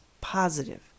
positive